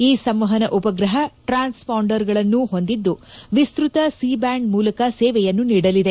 ಈ ಸಂವಹನ ಉಪಗ್ರಹ ಟ್ರಾನ್ಸ್ ಪಾಂಡರ್ಗಳನ್ನು ಹೊಂದಿದ್ದು ವಿಸ್ತತ ಸಿ ಬ್ಯಾಂಡ್ ಮೂಲಕ ಸೇವೆಯನ್ನು ನೀಡಲಿದೆ